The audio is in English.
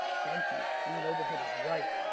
thank you, leanne overhead is right.